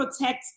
protect